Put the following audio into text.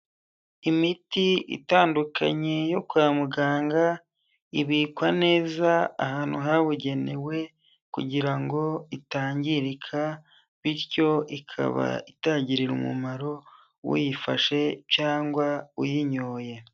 Imiti itandukanye yo kwa muganga, ibikwa neza ahantu habugenewe kugira ngo itangirika, bityo ikaba itagirira umumaro uyifashe cyangwa uyinyoye.